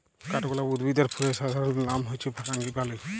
কাঠগলাপ উদ্ভিদ আর ফুলের সাধারণলনাম হচ্যে ফারাঙ্গিপালি